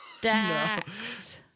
Dax